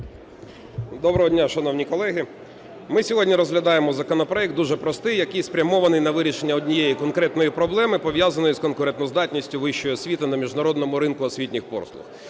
Доброго дня, шановні колеги! Ми сьогодні розглядаємо законопроект дуже простий, який спрямований на вирішення однієї конкретної проблеми, пов'язаної з конкурентоздатністю вищої освіти на міжнародному ринку освітніх послуг.